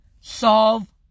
Solve